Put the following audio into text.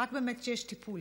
רק באמת כשיש טיפול.